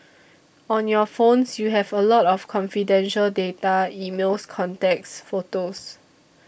on your phones you have a lot of confidential data emails contacts photos